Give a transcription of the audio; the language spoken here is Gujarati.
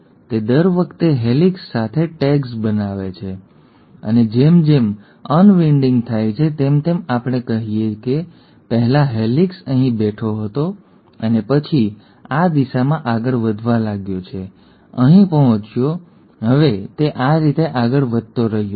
તે દર વખતે હેલિકસ સાથે ટેગ્સ બનાવે છે અને જેમ જેમ અનવિન્ડિંગ થાય છે તેમ તેમ આપણે કહીએ કે પહેલા હેલિકેસ અહીં બેઠો હતો અને પછી આ દિશામાં આગળ વધવા લાગ્યો અહીં પહોંચ્યો હવે તે આ રીતે આગળ વધતો રહ્યો છે